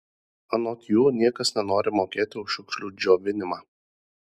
anot jų niekas nenori mokėti už šiukšlių džiovinimą